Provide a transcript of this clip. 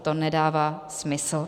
To nedává smysl!